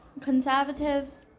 Conservatives